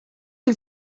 who